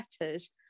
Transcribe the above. letters